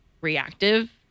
reactive